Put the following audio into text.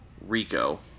rico